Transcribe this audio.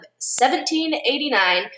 1789